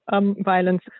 violence